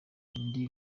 indi